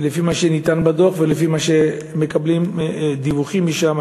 לפי מה שנטען בדוח ולפי הדיווחים שמתקבלים משם,